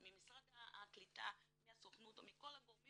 ממשרד הקליטה, הסוכנות או מכל הגורמים